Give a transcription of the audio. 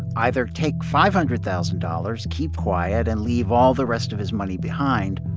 either take five hundred thousand dollars, keep quiet and leave all the rest of his money behind,